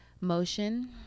Motion